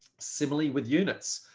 similarly with units.